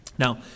Now